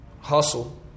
hustle